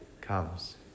comes